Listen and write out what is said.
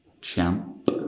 champ